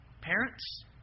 parents